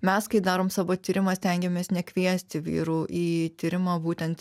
mes kai darom savo tyrimą stengiamės nekviesti vyrų į tyrimą būtent